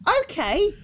okay